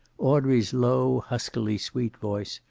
audrey's low huskily sweet voice,